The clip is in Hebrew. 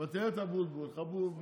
אבל תראה את אבוטבול, ערני